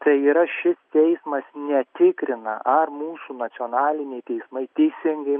tai yra šis teismas netikrina ar mūsų nacionaliniai teismai teisingai